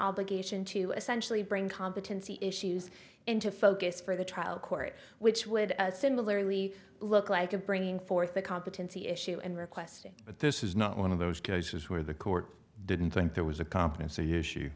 obligation to essentially bring competency issues into focus for the trial court which would similarly look like a bringing forth the competency issue and requested but this is not one of those cases where the court didn't think there was a competency issue